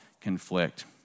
conflict